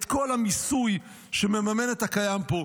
את כל המיסוי שמממן את הקיים פה,